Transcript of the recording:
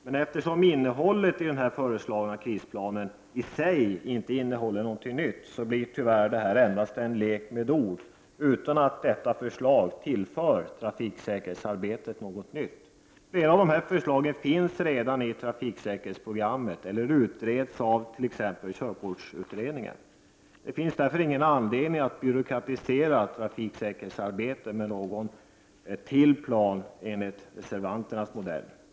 Men eftersom inte innehållet i den föreslagna krisplanen i sig innehåller något nytt, blir det tyvärr endast en lek med ord utan att förslaget tillför trafiksäkerhetsarbetet något nytt. Flera av förslagen finns redan i trafiksäkerhetsprogrammet eller utreds av t.ex. körkortsutredningen. Det finns därför ingen anledning att byråkratisera trafiksäkerhetsarbetet med någon ytterligare plan enligt reservanternas modell.